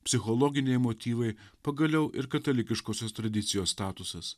psichologiniai motyvai pagaliau ir katalikiškosios tradicijos statusas